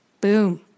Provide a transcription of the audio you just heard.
Boom